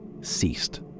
ceased